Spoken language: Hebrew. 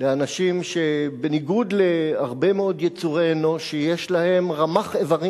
לאנשים שבניגוד להרבה מאוד יצורי אנוש שיש להם רמ"ח איברים,